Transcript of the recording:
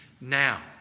now